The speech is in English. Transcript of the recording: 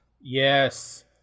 yes